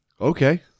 Okay